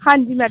ਹਾਂਜੀ ਮੈਡਮ